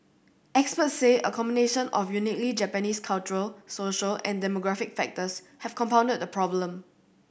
experts say a combination of uniquely Japanese cultural social and demographic factors have compounded the problem